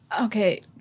Okay